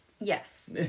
yes